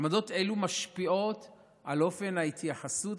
עמדות אלה משפיעות על אופן ההתייחסות,